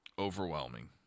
Overwhelming